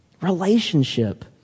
relationship